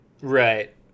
Right